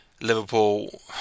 Liverpool